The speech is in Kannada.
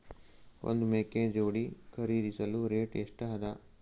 ಒಂದ್ ಮೇಕೆ ಜೋಡಿ ಖರಿದಿಸಲು ರೇಟ್ ಎಷ್ಟ ಅದ?